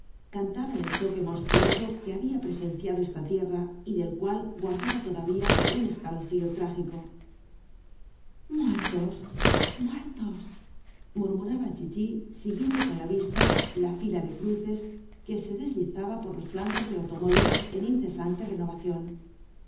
cantaban el choque monstruoso que había presenciado esta tierra y del cual guardaba todavía un escalofrío trágico muertos muertos murmuraba chichi siguiendo con ia vista la flla de cruces que se deslizaba por los flancos del automóvil en incesante renovación